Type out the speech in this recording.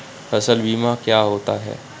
फसल बीमा क्या होता है?